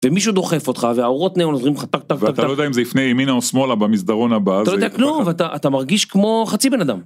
ומישהו דוחף אותך, והאורות נאון נוזרים לך, טק, טק, טק, טק. ואתה לא יודע אם זה יפנה ימינה או שמאלה במסדרון הבא. אתה לא יודע כלום, אתה מרגיש כמו חצי בן אדם.